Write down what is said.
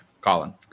Colin